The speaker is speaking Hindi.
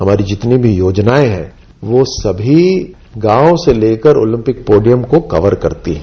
हमारे जितने भी योजनाएं है वह सभी गांव से लेकर ओलम्पिक पोडियम को कवर करती है